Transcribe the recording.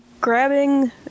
Grabbing